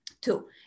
Two